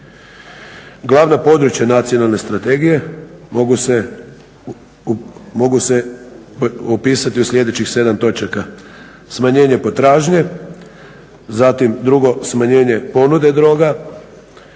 Glavna područja nacionalne strategije mogu se opisati u sljedećih 7 točaka: smanjenje potražnje, zatim drugo smanjenje ponude droga,